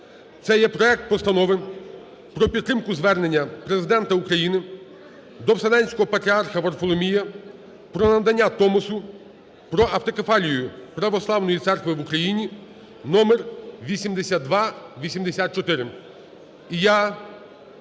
Це є проект Постанови про підтримку звернення Президента України до Вселенського Патріарха Варфоломія про надання Томосу про автокефалію Православної Церкви в Україні (№ 8284).